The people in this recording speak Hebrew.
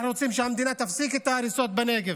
אנחנו רוצים שהמדינה תפסיק את ההריסות בנגב,